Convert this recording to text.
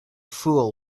fool